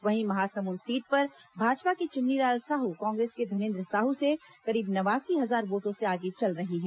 वहीं महासमुंद सीट पर भाजपा के चुन्नीलाल साहू कांग्रेस के धनेन्द्र साहू से करीब नवासी हजार वोटों से आगे चल रहे हैं